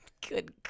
Good